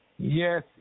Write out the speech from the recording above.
Yes